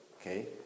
okay